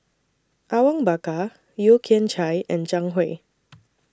Awang Bakar Yeo Kian Chai and Zhang Hui